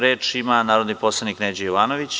Reč ima narodni poslanik Neđo Jovanović.